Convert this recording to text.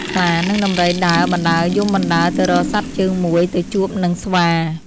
ខ្លា និងដំរីដើរបណ្ដើរយំបណ្ដើរទៅរកសត្វជើងមួយទៅជួបនឹងស្វា